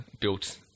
built